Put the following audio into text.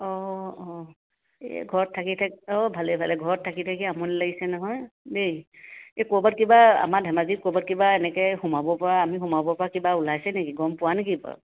অঁ অঁ এই ঘৰত থাকি থাকি অঁ ভালে ভালে ঘৰত থাকি থাকি আমনি লাগিছে নহয় দেই এই ক'ৰবাত কিবা আমাৰ ধেমাজিত ক'ৰবাত কিবা এনেকৈ সোমাবপৰা আমি সোমাবপৰা কিবা ওলাইছে নেকি গম পোৱা নেকি বাৰু